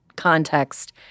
context